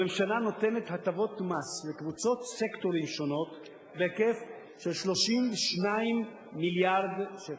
הממשלה נותנת הטבות מס לקבוצות סקטורים שונות בהיקף של 32 מיליארד שקל.